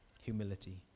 Humility